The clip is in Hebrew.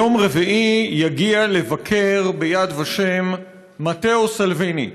ביום רביעי ויגיע לבקר ביד ושם מתאו סלביני,